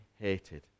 hated